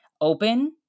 Open